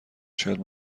شاید